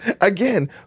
Again